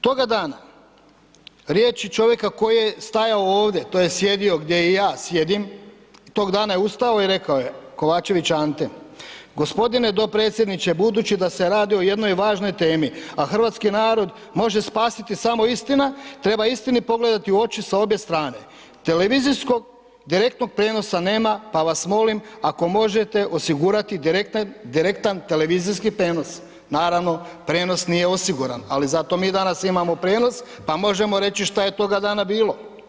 Toga dana riječi čovjeka koji je stajao ovdje, tj. sjedio gdje i ja sjedim, tog dana je ustao i rekao je Kovačević Ante, gospodine dopredsjedniče budući da se radi o jednoj važnoj temi, a hrvatski narod može spasiti samo istina, treba istini pogledati u oči sa obje strane, televizijskog direktnog prijenosa nema, pa vas molim ako možete osigurati direktan televizijski prijenos, naravno prijenos nije osiguran, ali zato mi danas imamo prijenos pa možemo reći šta je toga dana bilo.